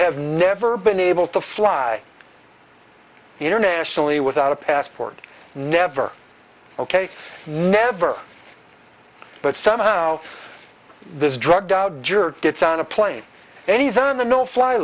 have never been able to fly internationally without a passport never ok never but somehow this drug jerk gets on a plane and he's on the no fly